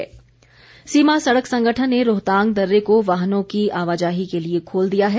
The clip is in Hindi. रोहतांग दर्रा सीमा सड़क संगठन ने रोहतांग दर्रे को वाहनों की आवाजाही के लिए खोल दिया है